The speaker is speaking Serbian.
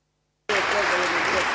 Hvala.